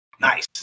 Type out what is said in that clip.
Nice